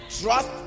Trust